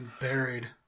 buried